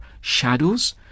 shadows